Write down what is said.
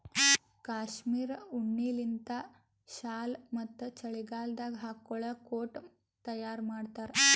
cashmere ಉಣ್ಣಿಲಿಂತ್ shawl ಮತ್ತ್ ಚಳಿಗಾಲದಾಗ್ ಹಾಕೊಳ್ಳ ಕೋಟ್ ತಯಾರ್ ಮಾಡ್ತಾರ್